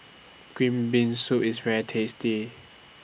Green Bean Soup IS very tasty